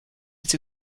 its